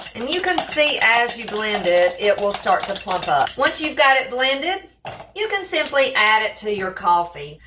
and you can see as you blend it it will start to plump up once you've got it blended you can simply add it to your coffee.